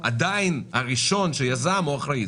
עדיין הראשון שיזם אחראי.